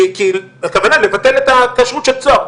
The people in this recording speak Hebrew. הכוונה לבטל את הכשרות של צהר.